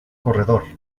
corredor